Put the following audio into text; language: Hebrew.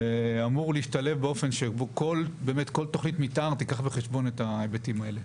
והוא אמור להשתלב באופן שבו כל תכנית מתאר תיקח בחשבון את ההיבטים האלה.